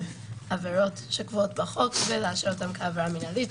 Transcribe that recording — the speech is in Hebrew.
עבירות שקבועות בחוק ולאשר אותן כעבירה מנהלית,